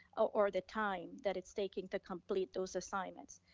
or the time that it's taking to complete those assignments.